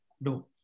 No